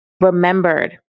remembered